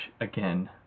again